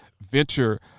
venture